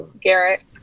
Garrett